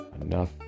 enough